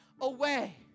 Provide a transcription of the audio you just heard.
away